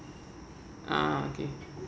ah okay